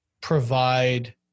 provide